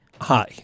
hi